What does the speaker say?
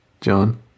John